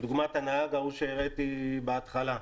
דוגמת הנהג שהראיתי בהתחלה,